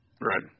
Right